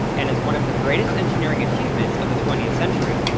and as one of the greatest engineering achievements of the twentieth century.